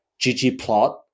ggplot